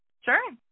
Sure